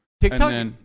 TikTok